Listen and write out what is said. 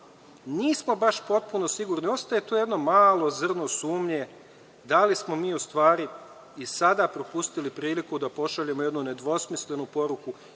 nismo baš potpuno sigurni, ostaje tu jedno malo zrno sumnje da li smo mi u stvari i sada propustili priliku da pošaljemo jednu nedvosmislnu poruku,